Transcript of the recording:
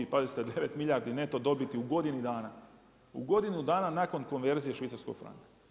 Pazite 9 milijardi neto dobiti u godini dana, u godinu dana nakon konverzije švicarskog franka.